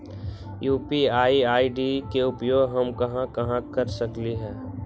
UPI ID के उपयोग हम कहां कहां कर सकली ह?